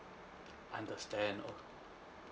understand oh